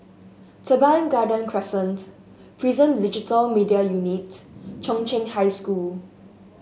Teban Garden Crescent Prison Digital Media Unit Chung Cheng High School